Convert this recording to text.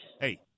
Hey